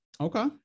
Okay